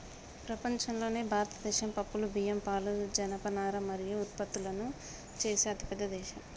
ప్రపంచంలోనే భారతదేశం పప్పులు, బియ్యం, పాలు, జనపనార మరియు పత్తులను ఉత్పత్తి చేసే అతిపెద్ద దేశం